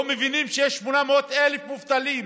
לא מבינים שיש היום 800,000 מובטלים